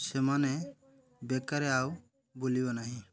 ସେମାନେ ବେକାର ଆଉ ବୁଲିବ ନାହିଁ